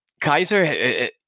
Kaiser